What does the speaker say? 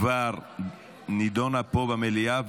כבר נידונה פה במליאה,